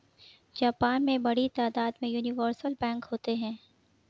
Japan में बड़ी तादाद में यूनिवर्सल बैंक होते हैं